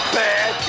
bad